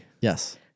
Yes